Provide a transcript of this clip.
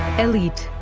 elite